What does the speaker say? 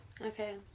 Okay